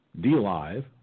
DLive